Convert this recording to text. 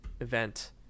event